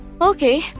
Okay